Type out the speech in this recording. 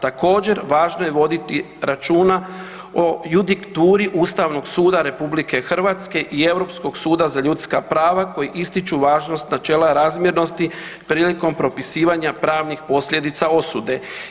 Također važno je voditi računa o judikaturi Ustavnog suda RH i Europskog suda za ljudska prava koji ističu važnost načela razmjernosti prilikom propisivanja pravnih posljedica osude.